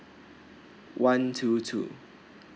one two two